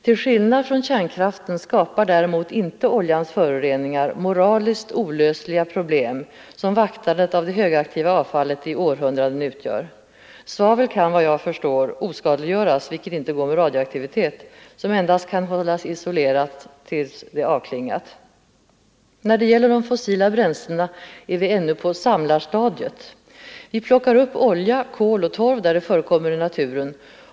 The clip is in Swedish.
Till skillnad från kärnkraften skapar däremot inte oljans föroreningar moraliskt olösliga problem, som överlämnandet av det högaktiva avfallet att vaktas i århundraden utgör. Svavel kan, vad jag förstår, oskadliggöras, vilket inte går med radioaktivitet, som endast kan hållas isolerat tills det avklingat. När det gäller de fossila bränslena är vi ännu på samlarstadiet. Vi plockar upp olja, kol och torv, där de förekommer i naturen.